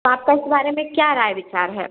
आपकी इस बारे में क्या राय विचार है